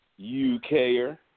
UKer